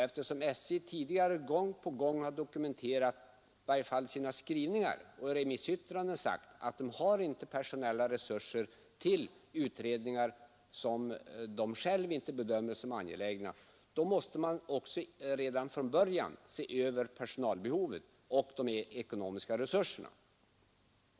Eftersom SJ tidigare gång på gång, i varje fall i sina skrivningar och remissyttranden, har sagt att SJ inte har personella resurser för utredningar som SJ självt inte bedömer som angelägna, måste man redan från början se över personalbehovet och de ekonomiska resurserna.